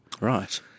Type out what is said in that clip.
Right